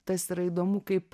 tas yra įdomu kaip